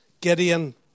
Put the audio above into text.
Gideon